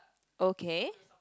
okay